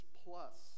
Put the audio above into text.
plus